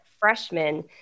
freshmen